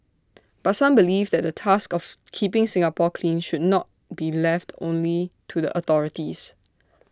but some believe that the task of keeping Singapore clean should not be left only to the authorities